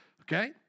Okay